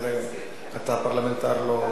אתה פרלמנטר לא חדש.